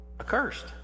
Accursed